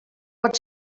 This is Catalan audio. pot